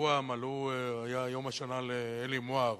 השבוע היה יום השנה לעלי מוהר,